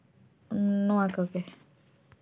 ᱩᱸᱻ ᱱᱚᱣᱟ ᱠᱚᱜᱮ